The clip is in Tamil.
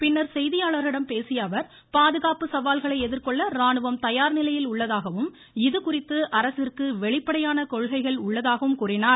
பின்னர் செய்தியாளர்களிடம் பேசிய அவர் பாதுகாப்பு சவால்களை எதிர்கொள்ள ராணுவம் தயார் நிலையில் உள்ளதாகவும் இதுகுறித்து அரசிற்கு வெளிப்படையான கொள்கைகள் உள்ளதாகவும் கூறினார்